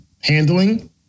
handling